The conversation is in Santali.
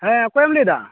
ᱦᱮᱸ ᱚᱠᱚᱭᱮᱢ ᱞᱟᱹᱭ ᱮᱫᱟ